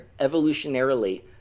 evolutionarily